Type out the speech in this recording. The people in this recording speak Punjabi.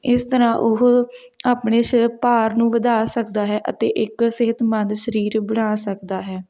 ਇਸ ਤਰ੍ਹਾਂ ਉਹ ਆਪਣੇ ਸ਼ ਭਾਰ ਨੂੰ ਵਧਾ ਸਕਦਾ ਹੈ ਅਤੇ ਇੱਕ ਸਿਹਤਮੰਦ ਸਰੀਰ ਬਣਾ ਸਕਦਾ ਹੈ